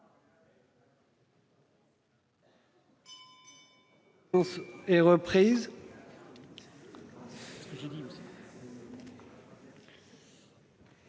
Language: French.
La séance est reprise.